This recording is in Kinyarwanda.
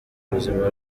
ubuzima